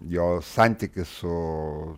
jo santykis su